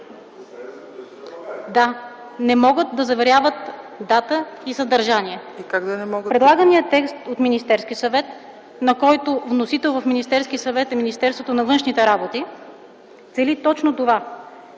да не могат? РАДОСЛАВА КАФЕДЖИЙСКА: Предлаганият текст от Министерския съвет, на който вносител в Министерски съвет е Министерството на външните работи, цели точно това